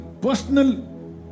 Personal